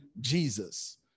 Jesus